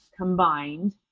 combined